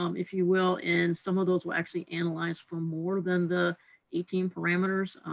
um if you will, and some of those will actually analyze for more than the eighteen parameters,